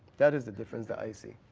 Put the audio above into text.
that is the difference that i see.